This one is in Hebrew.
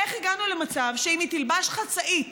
איך הגענו למצב שאם היא תלבש חצאית